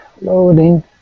loading